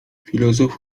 filozof